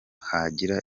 hagira